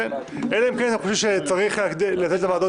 אלא אם כן אנחנו חושבים שצריך לתת לוועדות